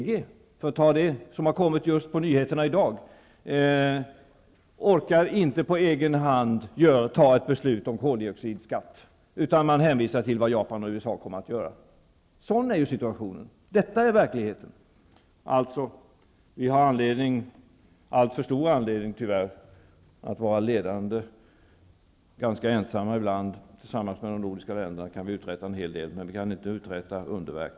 På nyheterna i dag har man rapporterat att EG inte på egen hand orkar fatta ett beslut om koldioxidskatt utan att man där hänvisar till vad Japan och USA kommer att göra. Sådan är situationen. Detta är verkligheten. Vi har alltså anledning -- alltför stor anledning, tyvärr -- att vara ledande på detta område. Vi är ganska ensamma ibland, men tillsammans med de nordiska länderna kan vi uträtta en hel del. Vi kan dock inte uträtta underverk.